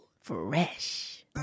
Fresh